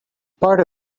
part